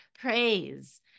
praise